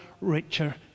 richer